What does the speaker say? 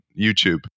YouTube